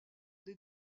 des